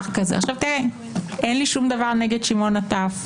אין לי שום דבר נגד שמעון נטף,